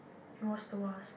it was the worst